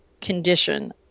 condition